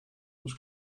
was